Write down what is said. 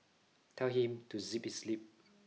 tell him to zip his lip